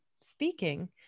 speaking